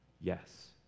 Yes